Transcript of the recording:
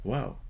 Wow